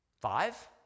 Five